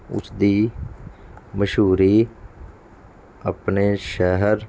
ਉਸਦੀ ਮਸ਼ਹੂਰੀ ਆਪਣੇ ਸ਼ਹਿਰ